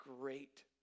great